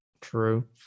True